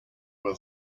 will